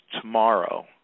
tomorrow